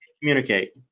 communicate